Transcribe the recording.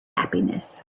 happiness